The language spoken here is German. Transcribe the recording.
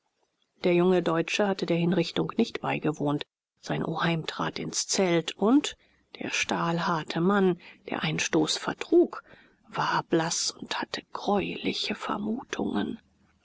der junge deutsche hatte der hinrichtung nicht beigewohnt sein oheim trat ins zelt und der stahlharte mann der einen stoß vertrug war blaß und hatte greuliche vermutungen